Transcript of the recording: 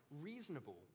reasonable